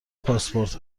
پاسپورت